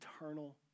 eternal